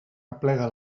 aplega